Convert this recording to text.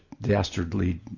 dastardly